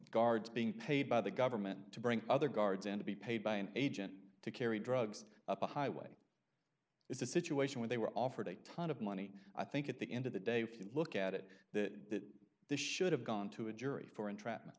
guards being paid by the government to bring other guards in to be paid by an agent to carry drugs up the highway it's a situation where they were offered a ton of money i think at the end of the day if you look at it that this should have gone to a jury for entrapment